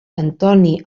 antoni